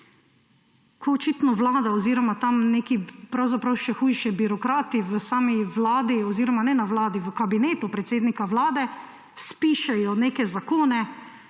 ko očitno vlada oziroma pravzaprav še hujše, birokrati v sami vladi oziroma v Kabinetu predsednika vlade spišejo neke zakona,